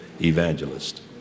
evangelist